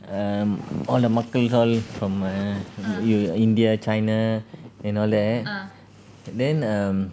um all the workers all from err y~ you india china and all that then um